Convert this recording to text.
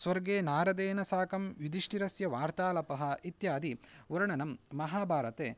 स्वर्गे नारदेन साकं युदिष्टिरस्य वार्तालापः इत्यादि वर्णनं महाभारते